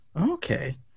Okay